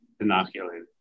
inoculated